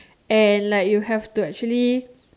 and like you have to actually